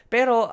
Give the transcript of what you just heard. Pero